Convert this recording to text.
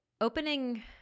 opening